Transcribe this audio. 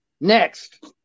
next